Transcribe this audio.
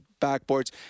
backboards